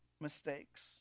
mistakes